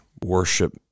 worship